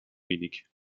wenig